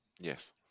Yes